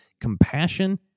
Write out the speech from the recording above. compassion